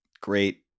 great